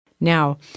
Now